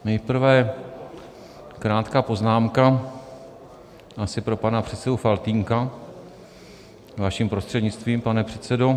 Nejprve krátká poznámka asi pro pana předsedu Faltýnka vaším prostřednictvím, pane předsedo.